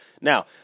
Now